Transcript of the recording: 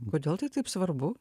kodėl tai taip svarbu